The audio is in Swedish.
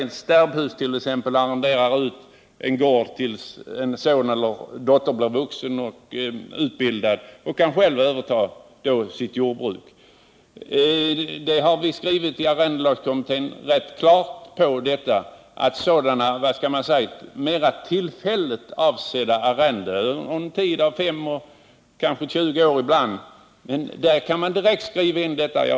Ett stärbhus kan arrendera ut en gård tills en son eller dotter blir vuxen eller har utbildat sig och själv kan överta jordbruket. I arrendelagskommittén skrev vi rätt klart om detta. Sådana mera tillfälligt avsedda arrenden under en tid av ibland 5, ibland 20 år kan man ju direkt skriva in i avtalet.